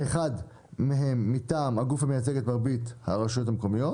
האחד מהם מטעם הגוף המייצג את מרבית הרשויות המקומיות